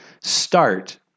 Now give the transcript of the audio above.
start